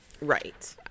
right